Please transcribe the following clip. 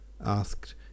asked